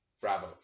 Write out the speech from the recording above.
Bravo